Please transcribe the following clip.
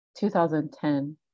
2010